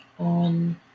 on